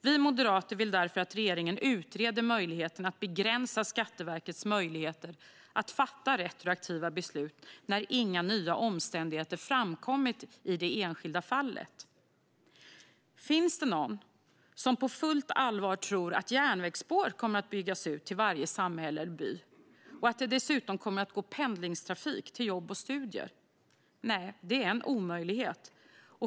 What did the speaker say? Vi moderater vill därför att regeringen utreder möjligheterna att begränsa Skatteverkets möjligheter att fatta retroaktiva beslut när inga nya omständigheter framkommit i det enskilda fallet. Finns det någon som på fullt allvar tror att järnvägsspår kommer att byggas ut till varje samhälle och by och att det dessutom kommer att gå pendlingstrafik till jobb och studier? Nej, det är en omöjlighet.